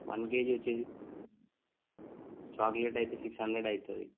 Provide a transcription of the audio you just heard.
one KG వచ్చేసి chocolate అయితే six hundred అవుతుంది